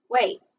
wait